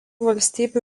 valstybių